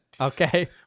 Okay